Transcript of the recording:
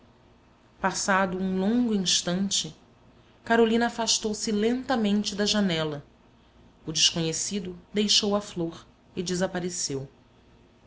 um longo instante carolina afastou-se lentamente da janela o desconhecido deixou a flor e desapareceu